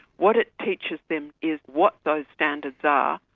what it teaches them is what those standards are,